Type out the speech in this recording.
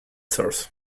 sores